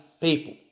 people